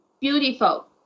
beautiful